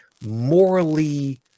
morally